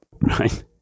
right